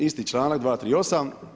Isti članak 238.